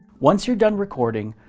once you're done recording,